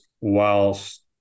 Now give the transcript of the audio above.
whilst